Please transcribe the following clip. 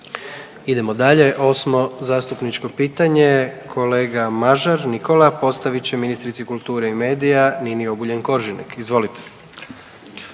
Idemo dalje, 8. zastupničko pitanje, kolega Mažar Nikola postavit će ministrici kulture i medija Nini Obuljen Koržinek. Izvolite.